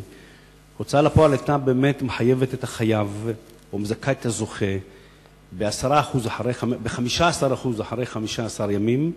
ההוצאה לפועל היתה מחייבת את החייב ומזכה את הזוכה ב-15% אחרי 15 ימים,